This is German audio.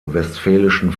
westfälischen